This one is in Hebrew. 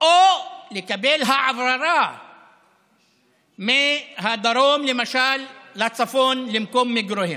או לקבל העברה מהדרום למשל, לצפון, למקום מגוריהם.